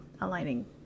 aligning